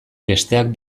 besteak